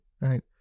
right